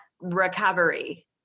recovery